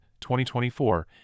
2024